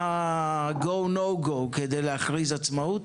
מה ה-Go/no go כדי להכריז עצמאות?